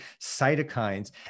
cytokines